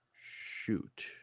Shoot